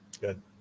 good